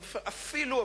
אפילו,